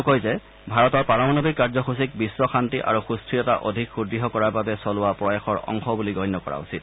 তেওঁ কয় যে ভাৰতৰ পাৰমাণৱিক কাৰ্যসূচীক বিশ্ব শান্তি আৰু সুস্থিৰতা অধিক সুদ্য় কৰাৰ বাবে চলোৱা প্ৰয়াসৰ অংশ বলি গণ্য কৰা উচিত